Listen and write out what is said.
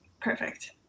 Perfect